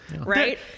right